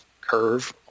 curve